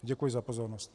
Děkuji za pozornost.